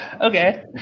okay